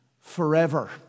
forever